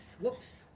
Whoops